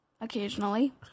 Occasionally